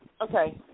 Okay